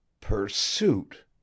Pursuit